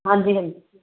ਹਾਂਜੀ ਹਾਂਜੀ